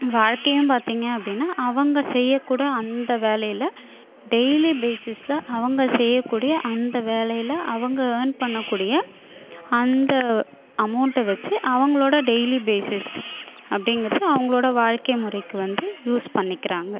வாழ்க்கையும் பார்த்திங்க அப்படின்னா அவங்க செய்யக்கூட அந்த வேலையில் டெய்லி பேசிஸில் அவங்க செய்யக்கூடிய அந்த வேலையில் அவங்க ஏர்ன் பண்ணக்கூடிய அந்த அமௌண்ட்டை வச்சு அவங்களோட டெய்லி பேசிஸ் அப்படிங்கறது அவங்களோட வாழ்க்கை முறைக்கு வந்து யூஸ் பண்ணிக்கிறாங்க